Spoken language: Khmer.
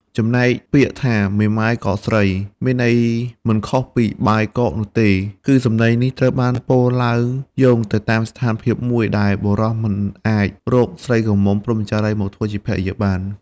ចំណែកពាក្យថា «មេម៉ាយក៏ស្រី» មានន័យមិនខុសពីបាយកកនោះទេ គឺសំដីនេះត្រូវបានពោលឡើងយោងទៅតាមស្ថានភាពមួយដែលបុរសមិនអាចរកស្រីក្រមុំព្រហ្មចារីយ៍មកធ្វើជាភរិយាបាន។